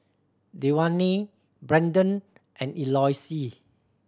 Dewayne Brannon and Eloise